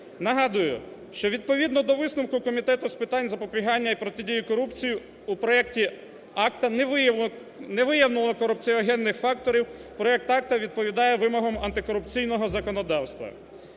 Нагадую, що відповідно до висновку Комітету з питань запобігання і протидії корупції у проекті акта не виявлено корупціогенних факторів, проект акта відповідає вимогам антикорупційного законодавства.